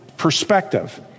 perspective